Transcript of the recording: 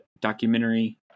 documentary